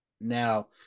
Now